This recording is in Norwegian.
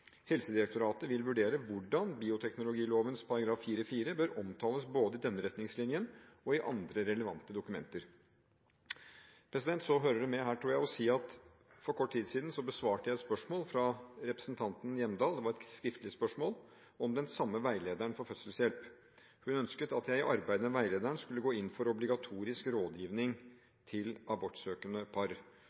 Helsedirektoratet vil vurdere hvordan bioteknologiloven § 4-4 bør omtales både i denne retningslinjen og i andre relevante dokumenter. Det hører her med å si at for kort tid siden besvarte jeg et spørsmål fra representanten Hjemdal – det var et skriftlig spørsmål – om den samme veilederen for fødselshjelp. Hun ønsket at jeg i arbeidet med veilederen skulle gå inn for obligatorisk rådgivning til abortsøkende par.